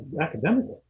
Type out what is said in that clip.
academically